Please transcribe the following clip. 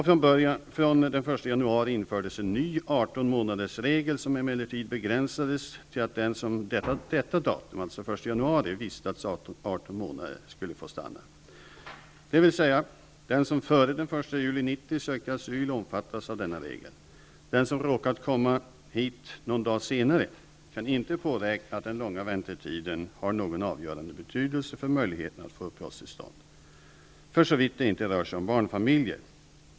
Från den 1 januari infördes en ny artonmånadersregel som emellertid begränsades till att den som detta datum, alltså den 1 januari, vistats här i 18 månader skulle få stanna. Den som sökte asyl före den 1 juli 1990 omfattas av denna regel. Den som råkat komma hit någon dag senare kan inte påräkna att den långa väntetiden har någon avgörande betydelse för möjligheten att få uppehållstillstånd om det inte rör sig om barnfamiljer.